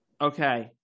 Okay